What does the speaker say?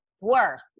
Worse